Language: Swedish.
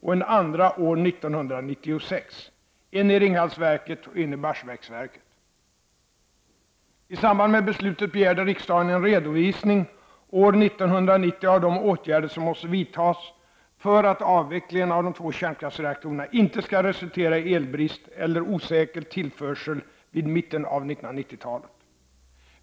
och en andra år 1996, en i Ringhalsverket och en i Barsebäcksverket. I samband med beslutet begärde riksdagen en redovisning år 1990 av de åtgärder som måste vidtas för att avvecklingen av de två kärnkraftsreaktorerna inte skall resultera i elbrist eller osäker tillförsel vid mitten av 1990-talet.